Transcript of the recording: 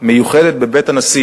בבית הנשיא